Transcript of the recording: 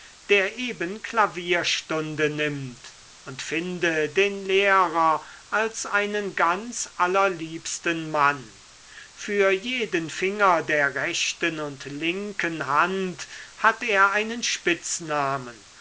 der eben klavierstunde nimmt und finde den lehrer als einen ganz allerliebsten mann für jeden finger der rechten und linken hand hat er einen spitznamen